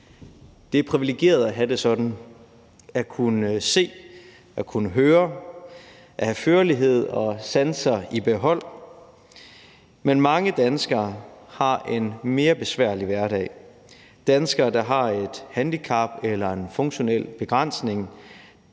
Det er privilegeret at have det sådan: at kunne se, at kunne høre, at have førlighed og sanser i behold. Men mange danskere har en mere besværlig hverdag: danskere, der har et handicap eller en funktionel begrænsning.